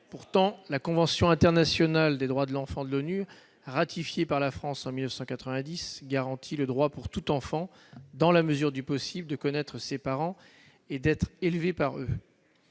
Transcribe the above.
Pourtant, la Convention internationale des droits de l'enfant de l'ONU, ratifiée par la France en 1990, garantit le droit pour tout enfant, dans la mesure du possible, « de connaître ses parents et d'être élevé par eux